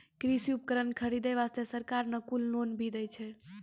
कृषि उपकरण खरीदै वास्तॅ सरकार न कुल लोन भी दै छै